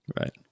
right